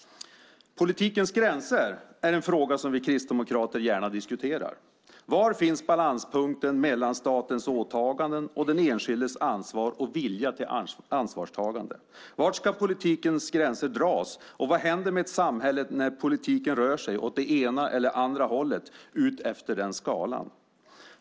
Politikens gränser är en fråga som vi kristdemokrater gärna diskuterar. Var finns balanspunkten mellan statens åtaganden och den enskildes ansvar och vilja till ansvarstagande? Var ska politikens gränser dras, och vad händer med ett samhälle när politiken rör sig åt det ena eller andra hållet utefter den skalan?